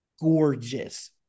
gorgeous